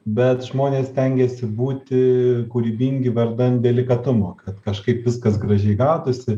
bet žmonės stengiasi būti kūrybingi vardan delikatumo kad kažkaip viskas gražiai gatųsi